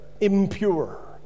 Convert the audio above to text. impure